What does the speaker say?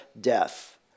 death